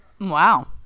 Wow